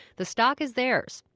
the stock is theirs.